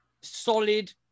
solid